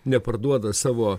neparduoda savo